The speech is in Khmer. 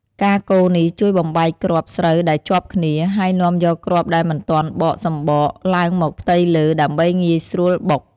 ការកូរនេះជួយបំបែកគ្រាប់ស្រូវដែលជាប់គ្នា ហើយនាំយកគ្រាប់ដែលមិនទាន់បកសម្បកឡើងមកផ្ទៃលើដើម្បីងាយស្រួលបុក។